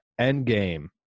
Endgame